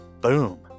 boom